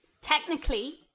technically